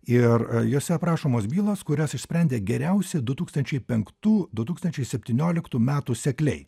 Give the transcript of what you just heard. ir jose aprašomos bylos kurias išsprendė geriausi du tūkstančiai penktų du tūkstančiai septynioliktų metų sekliai